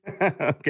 Okay